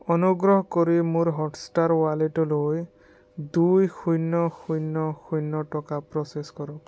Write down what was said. অনুগ্ৰহ কৰি মোৰ হটষ্টাৰ ৱালেটলৈ দুই শূন্য় শূন্য় শূন্য় টকা প্ৰ'চেছ কৰক